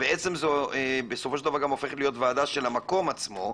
כשבעצם בסופו של דבר היא הופכת להיות גם ועדה של המקום עצמו,